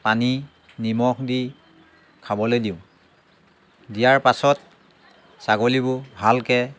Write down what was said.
পানী নিমখ দি খাবলৈ দিওঁ দিয়াৰ পাছত ছাগলীবোৰ ভালকৈ